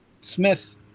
Smith